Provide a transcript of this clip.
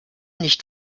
nicht